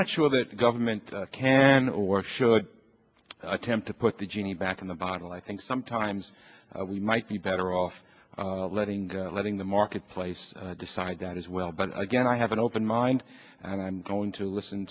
not sure that government can or should attempt to put the genie back in the bottle i think sometimes we might be better off letting letting the marketplace decide that as well but again i have an open mind going to listen